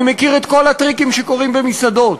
אני מכיר את כל הטריקים שקורים במסעדות.